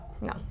no